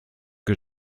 que